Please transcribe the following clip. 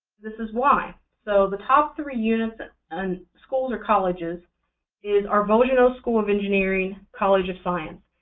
this is why. so the top three units and schools or colleges is our volgenau school of engineering, college of science.